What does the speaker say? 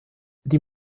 die